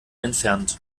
entfernt